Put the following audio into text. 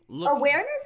awareness